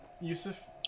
Yusuf